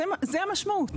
זו המשמעות.